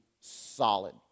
solid